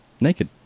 Naked